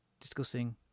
discussing